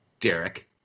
Derek